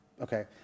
okay